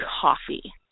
coffee